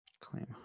Claim